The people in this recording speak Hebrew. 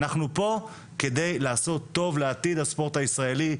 אנחנו פה כדי לעשות טוב לעתיד הספורט הישראלי.